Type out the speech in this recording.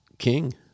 king